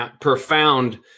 profound